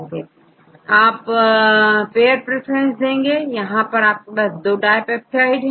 इस केस में आप पेयर प्रेफरेंस देंगे क्योंकि आपके पास2 डाय पेप्टाइड्स हैं